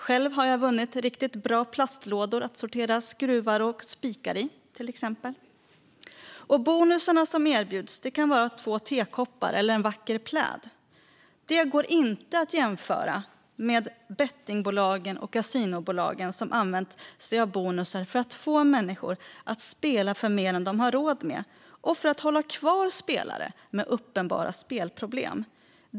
Själv har jag till exempel vunnit riktigt bra plastlådor att sortera skruvar och spikar i. Bonusarna som erbjuds kan vara två tekoppar eller en vacker pläd. Det går inte att jämföra med de bonusar som bettingbolagen och kasinobolagen använt sig av för att få människor att spela för mer än de har råd med och för att hålla kvar spelare med uppenbara spelproblem.